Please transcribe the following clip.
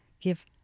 give